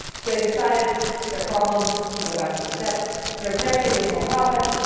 so they decided their problem to go back to the steps their objective was more profit.